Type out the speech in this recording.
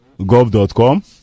gov.com